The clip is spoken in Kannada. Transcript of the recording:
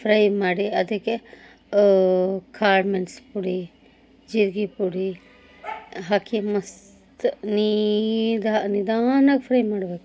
ಫ್ರೈ ಮಾಡಿ ಅದಕ್ಕೆ ಕಾಳು ಮೆಣ್ಸು ಪುಡಿ ಜೀರ್ಗೆ ಪುಡಿ ಹಾಕಿ ಮಸ್ತ್ ನೀದ ನಿಧಾನ ಫ್ರೈ ಮಾಡಬೇಕು